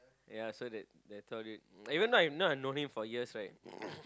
ya so that that tall dude even though I've known him for years right